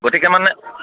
গতিকে মানে